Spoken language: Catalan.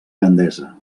gandesa